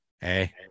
Hey